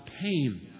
pain